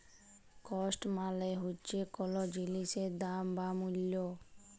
cost মালে হচ্যে কল জিলিসের দাম বা মূল্য